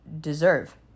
deserve